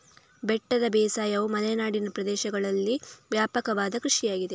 ಬೆಟ್ಟದ ಬೇಸಾಯವು ಮಲೆನಾಡಿನ ಪ್ರದೇಶಗಳಲ್ಲಿ ವ್ಯಾಪಕವಾದ ಕೃಷಿಯಾಗಿದೆ